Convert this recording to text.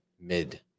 mid